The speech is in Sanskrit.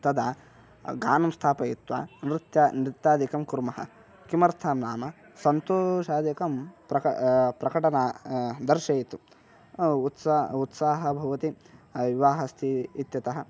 तदा गानं स्थापयित्वा नृत्यं नृत्यादिकं कुर्मः किमर्थं नाम सन्तोषादिकं प्रका प्रकटना दर्शयितुं उत्सा उत्साहः भवति विवाहः अस्ति इत्यतः